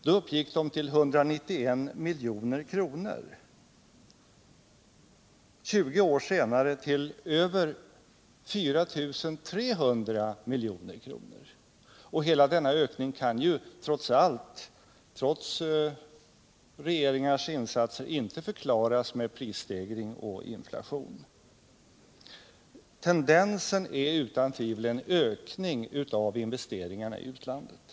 Då uppgick de till 191 milj.kr. 20 år senare uppgick de till över 4 300 milj.kr. Hela denna ökning kan inte — trots regeringars insatser — förklaras med prisstegringar och inflation. Tendensen är utan tvivel en ökning av investeringarna i utlandet.